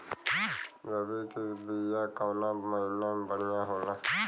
रबी के बिया कवना महीना मे बढ़ियां होला?